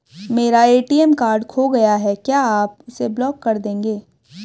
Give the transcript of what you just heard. मेरा ATM card खो गया है क्या आप उसे ब्लॉक कर देंगे?